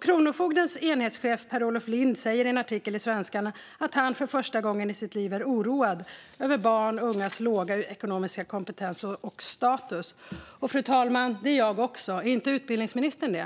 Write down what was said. Kronofogdens enhetschef Per-Olof Lindh säger i en artikel i Svenskan att han för första gången i sitt liv är oroad över barns och ungas låga ekonomiska kompetens och status. Och, fru talman, det är jag också. Är inte utbildningsministern det?